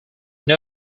also